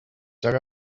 dug